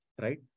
Right